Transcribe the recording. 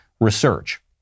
research